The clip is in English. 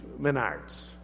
Menards